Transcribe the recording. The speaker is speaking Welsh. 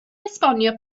esbonio